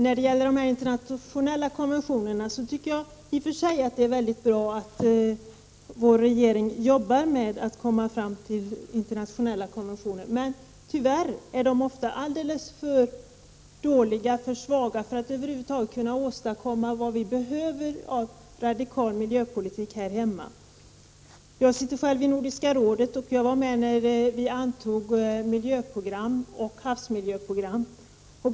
I och för sig tycker jag att det är väldigt bra att vår regering jobbar med att få till stånd internationella konventioner, men tyvärr är de ofta alldeles för svaga för att över huvud taget kunna åstadkomma vad som behövs av radikal miljöpolitik här hemma. Jag sitter själv i Nordiska rådet, och jag var med när rådet antog miljöprogram och havsmiljöprogram.